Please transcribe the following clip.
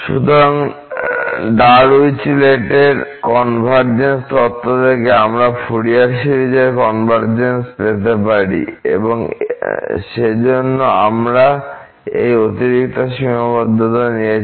সুতরাং ডারঊইচলেট এর কনভারজেন্স তত্ত্ব থেকে আমরা ফুরিয়ার সিরিজের কনভারজেন্স পেতে পারি এবং সেজন্য আমরা এই অতিরিক্ত সীমাবদ্ধতা নিয়েছি